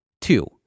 Two